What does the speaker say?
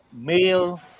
male